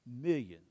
millions